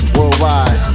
Worldwide